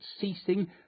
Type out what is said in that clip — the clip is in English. ceasing